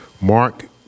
Mark